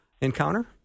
encounter